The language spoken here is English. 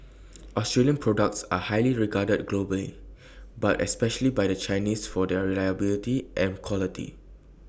Australian products are highly regarded globally but especially by the Chinese for their reliability and quality